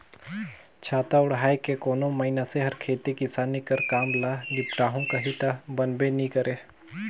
छाता ओएढ़ के कोनो मइनसे हर खेती किसानी कर काम ल निपटाहू कही ता बनबे नी करे